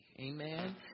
Amen